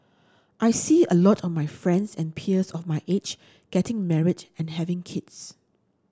I see a lot of my friends and peers of my age getting married and having kids